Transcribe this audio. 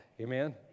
amen